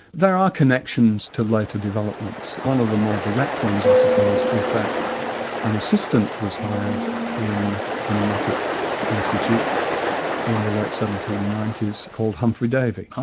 they are are connections to like later developments. one of the more direct ones i suppose is that an assistant was hired in the pneumatic institute in the late seventeen ninety s called humphrey davey,